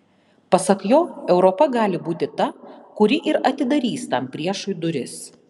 pasak jo europa gali būti ta kuri ir atidarys tam priešui duris